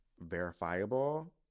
verifiable